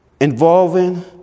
involving